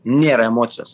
nėra emocijos